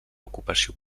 ocupació